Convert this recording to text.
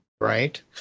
right